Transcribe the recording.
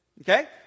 okay